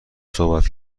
صحبت